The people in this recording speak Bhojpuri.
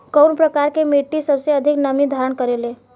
कउन प्रकार के मिट्टी सबसे अधिक नमी धारण करे ले?